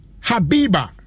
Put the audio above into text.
Habiba